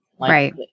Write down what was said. Right